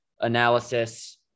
analysis